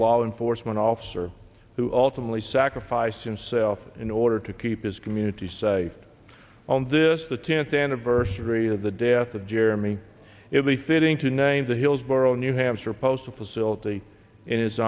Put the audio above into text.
law enforcement officer who ultimately sacrificed himself in order to keep his community safe on this the tenth anniversary of the death of jeremy in the fitting to name the hillsborough new hampshire postal facility in his